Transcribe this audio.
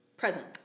present